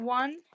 one